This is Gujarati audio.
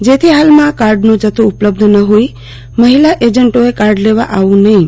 જેથી ફાલમાં કાર્ડનો જથ્થો ઉપલબ્ધ નફોઇ મફિલા એજન્ટોએ કાર્ડ લેવા આવવું નફીં